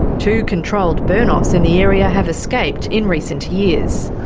two controlled burn offs in the area have escaped in recent years.